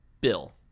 Bill